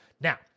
Now